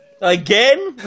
Again